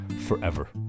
forever